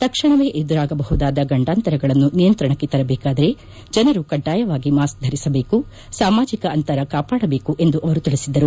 ತಕ್ಷಣವೇ ಎದುರಾಗಬಹುದಾದ ಗಂಡಾಂತರಗಳನ್ನು ನಿಯಂತ್ರಣಕ್ಕೆ ತೆರಬೇಕಾದರೆ ಜನರು ಕಡ್ಡಾಯವಾಗಿ ಮಾಸ್ಕ್ ಧರಿಸಬೇಕು ಸಾಮಾಜಿಕ ಅಂತರ ಕಾಪಾಡಬೇಕು ಎಂದು ಅವರು ತಿಳಿಸಿದರು